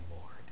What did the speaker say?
Lord